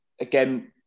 again